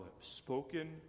spoken